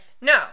No